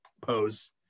pose